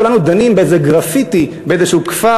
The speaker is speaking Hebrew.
כולנו דנים באיזה גרפיטי באיזשהו כפר.